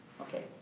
Okay